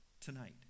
tonight